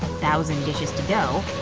thousand dishes to go.